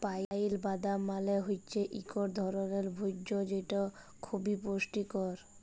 pile বাদাম মালে হৈচ্যে ইকট ধরলের ভোজ্য যেটা খবি পুষ্টিকর